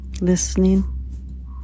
Listening